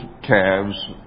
calves